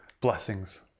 Blessings